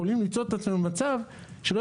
אנחנו יכולים למצוא את עצמנו במצב שלא